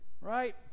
Right